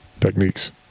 techniques